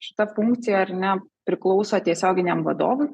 šita funkcija ar ne priklauso tiesioginiam vadovui